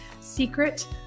secret